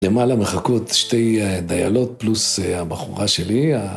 למעלה מחכות שתי דיילות, פלוס הבחורה שלי.